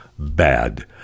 Bad